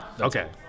Okay